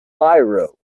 biro